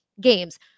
games